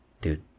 dude